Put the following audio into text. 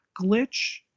glitch